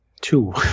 Two